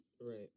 Right